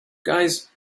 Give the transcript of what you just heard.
guys